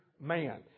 man